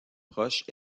proche